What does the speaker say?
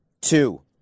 Two